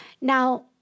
Now